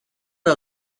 are